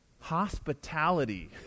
hospitality